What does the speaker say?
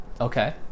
Okay